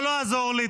לא לעזור לי.